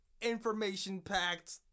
information-packed